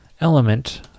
element